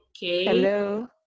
Hello